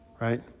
right